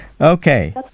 Okay